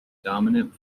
dominant